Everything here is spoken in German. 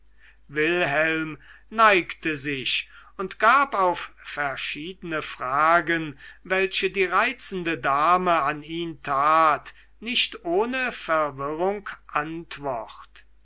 wilhelm neigte sich und gab auf verschiedene fragen welche die reizende dame an ihn tat nicht ohne verwirrung antwort